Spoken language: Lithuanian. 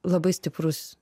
labai stiprus